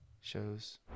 shows